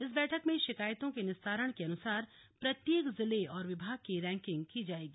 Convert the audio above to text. इस बैठक में शिकायतों के निस्तारण के अनुसार प्रत्येक जिले और विभाग की रैंकिंग की जायेगी